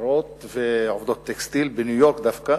מתפרות ועובדות טקסטיל בניו-יורק דווקא,